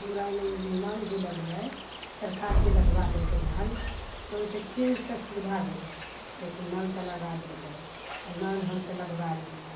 हमरा लगमे नल जे लगलै सरकार जे लगबा देलकै नल तऽ ओइसँ किछु तऽ सुविधा भेलै देखू नल तऽ लगा देलकै तऽ नल हमसब लगबा लेलियै